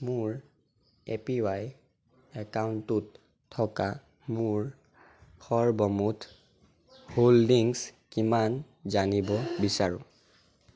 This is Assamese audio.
মোৰ এ পি ৱাই একাউণ্টটোত থকা মোৰ সৰ্বমুঠ হোল্ডিংছ কিমান জানিব বিচাৰোঁ